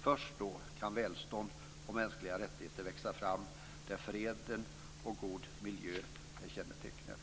Först då kan välstånd och mänskliga samhällen växa fram där freden och en god miljö är kännetecknet.